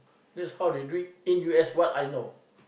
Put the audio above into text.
that's how they do it in U_S what I know